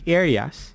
areas